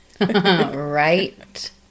Right